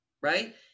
right